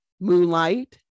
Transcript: Moonlight